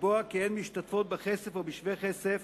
לקבוע כי הן משתתפות בכסף או בשווה כסף